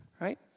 right